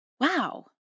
wow